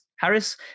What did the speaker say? Harris